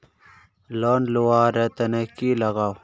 Loan लुवा र तने की लगाव?